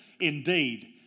indeed